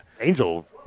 Angel